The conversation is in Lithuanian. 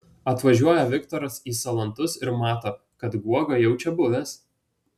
atvažiuoja viktoras į salantus ir mato kad guoga jau čia buvęs